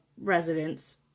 residents